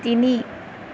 তিনি